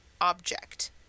object